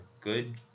good